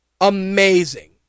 amazing